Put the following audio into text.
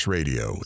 Radio